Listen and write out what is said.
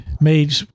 made